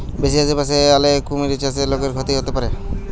বেশি আশেপাশে আলে কুমির চাষে লোকর ক্ষতি হতে পারে